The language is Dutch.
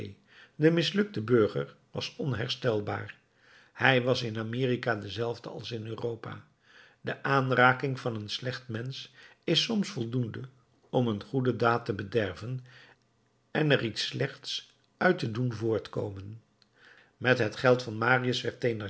den mislukten burger was onherstelbaar hij was in amerika dezelfde als in europa de aanraking van een slecht mensch is soms voldoende om een goede daad te bederven en er iets slechts uit te doen voortkomen met het geld van marius werd